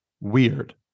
WEIRD